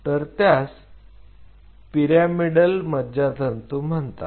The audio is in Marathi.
तर त्यास पिरामिडल मज्जातंतू म्हणतात